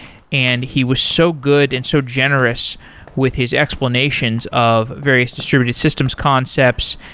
and he was so good and so generous with his explanations of various distributed systems concepts,